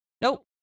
Nope